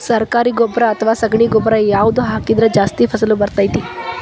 ಸರಕಾರಿ ಗೊಬ್ಬರ ಅಥವಾ ಸಗಣಿ ಗೊಬ್ಬರ ಯಾವ್ದು ಹಾಕಿದ್ರ ಜಾಸ್ತಿ ಫಸಲು ಬರತೈತ್ರಿ?